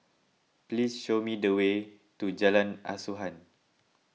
please show me the way to Jalan Asuhan